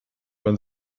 man